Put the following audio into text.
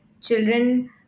children